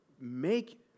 Make